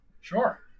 Sure